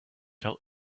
fell